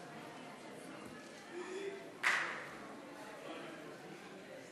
חוק לתיקון פקודת מסילות הברזל (מס'